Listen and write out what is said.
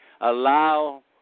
allow